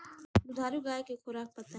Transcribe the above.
दुधारू गाय के खुराक बताई?